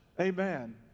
Amen